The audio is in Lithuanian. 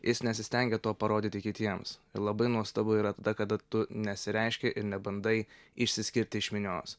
jis nesistengia to parodyti kitiems labai nuostabu yra tada kada tu nesireiški ir nebandai išsiskirti iš minios